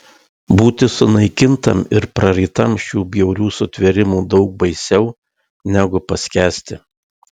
būti sunaikintam ir prarytam šių bjaurių sutvėrimų daug baisiau negu paskęsti